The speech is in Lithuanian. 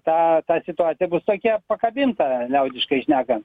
ta ta situacija bus tokia pakabinta liaudiškai šnekant